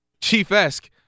Chief-esque